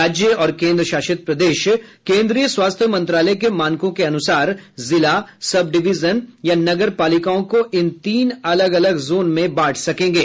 राज्य और केन्द्रशासित प्रदेश केंद्रीय स्वास्थ्य मंत्रालय के मानकों के अनुसार जिला सब डिवीजन या नगर पालिकाओं को इन तीन अलग अलग जोन में बांट सकेंगे